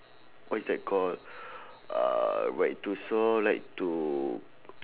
what is that call uh like to so like to